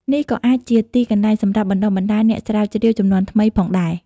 នេះក៏អាចជាទីកន្លែងសម្រាប់បណ្ដុះបណ្ដាលអ្នកស្រាវជ្រាវជំនាន់ថ្មីផងដែរ។